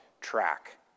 track